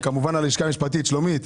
וכמובן הלשכה המשפטית, שלומית,